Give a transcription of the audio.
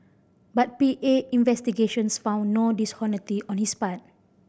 but P A investigations found no dishonesty on this part